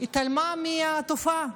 התעלמה מהתופעה.